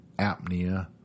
apnea